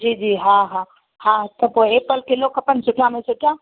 जी जी हा हा हा त पोइ ऐपल किलो खपनि सुठा में सुठा